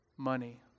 money